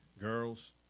Girls